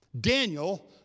Daniel